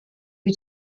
wie